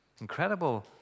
Incredible